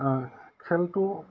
খেলটো